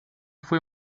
fue